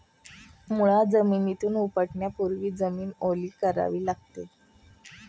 मुळा जमिनीतून उपटण्यापूर्वी जमीन ओली करावी लागते